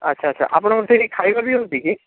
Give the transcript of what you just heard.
ଆଚ୍ଛା ଆଚ୍ଛା ଆପଣଙ୍କର ସେଇଟି ଖାଇବା ବି ହେଉଛି କି